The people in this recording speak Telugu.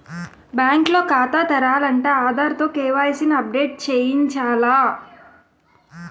బ్యాంకు లో ఖాతా తెరాలంటే ఆధార్ తో కే.వై.సి ని అప్ డేట్ చేయించాల